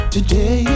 Today